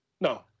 No